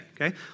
okay